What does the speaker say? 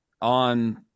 on –